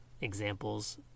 examples